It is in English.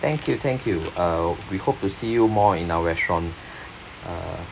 thank you thank you uh we hope to see you more in our restaurant uh